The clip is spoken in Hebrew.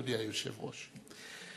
אדוני היושב-ראש,